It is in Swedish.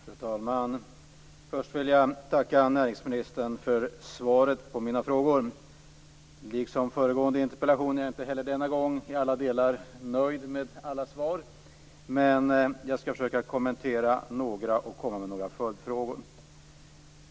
Fru talman! Först vill jag tacka näringsministern för svaret på mina frågor. Liksom vid föregående interpellationsdebatt är jag inte heller denna gång i alla delar nöjd med alla svar. Jag skall försöka kommentera några svar och komma med några följdfrågor.